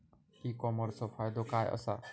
E कॉमर्सचो फायदो काय असा?